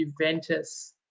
Juventus